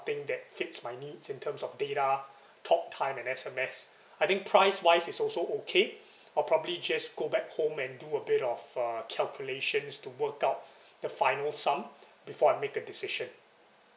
~thing that fits my needs in terms of data talk time and S_M_S I think price wise is also okay I'll probably just go back home and do a bit of uh calculations to work out the final sum before I make the decision